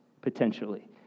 potentially